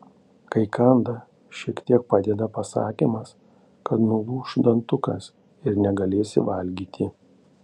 kai kanda šiek tiek padeda pasakymas kad nulūš dantukas ir negalėsi valgyti